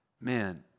man